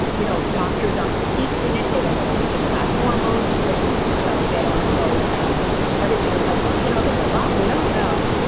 you know doctors aren't steeped in it they don't know anything about hormones. you know they don't know about everything. it's like well, you know, there's a lot we don't know.